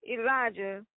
Elijah